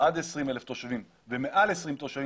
עד 20,000 תושבים ומעל 20,000 תושבים,